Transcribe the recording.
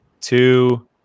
two